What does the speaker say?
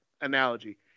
analogy